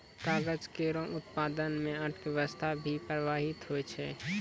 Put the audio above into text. कागज केरो उत्पादन म अर्थव्यवस्था भी प्रभावित होय छै